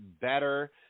better